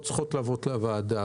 לעניין מתן רישיון רכב.